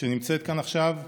שנמצאת כאן עכשיו,